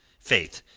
faith,